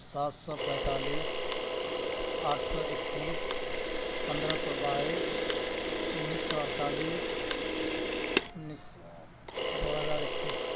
سات سو پینتالس آٹھ سو اکیس پندرہ سو بائیس انیس سو اڑتالیس انیس دو ہزار اکیس